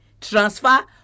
transfer